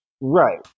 right